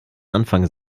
anfang